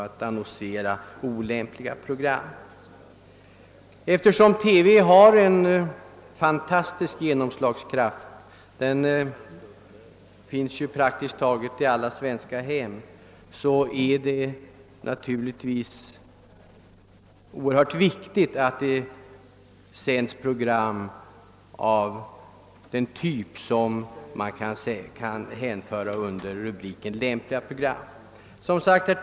Eftersom televisionen har en fantastisk genomslagskraft — det finns ju mottagare i praktiskt taget alla svenska hem är det naturligtvis viktigt att så många program som möjligt kan hänföras till kategorin »lämpliga program.» Herr talman!